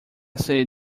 say